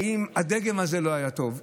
האם הדגם הזה לא היה טוב?